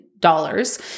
dollars